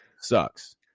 sucks